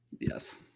yes